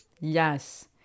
Yes